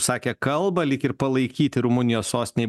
sakė kalbą lyg ir palaikyti rumunijos sostinėj